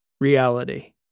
Reality